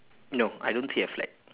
no I don't see a flag